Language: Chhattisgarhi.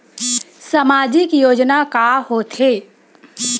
सामाजिक योजना का होथे?